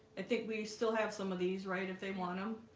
i think we still have some of these right if they want them.